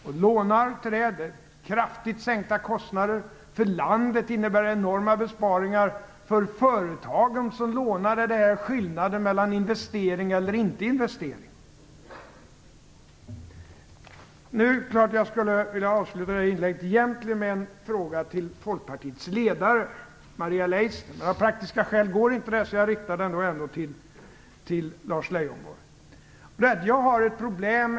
Det innebär kraftigt sänkta kostnader. För landet innebär det enorma besparingar. För företagen som lånar är detta skillnaden mellan att göra en investering eller att inte göra den. Jag skulle egentligen vilja avsluta det här inlägget med en fråga till Folkpartiets ledare, Maria Leissner. Men av praktiska skäl är det inte möjligt. Därför riktar jag den till Lars Leijonborg.